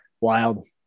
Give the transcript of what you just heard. Wild